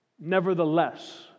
nevertheless